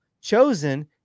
Chosen